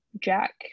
Jack